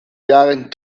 jahren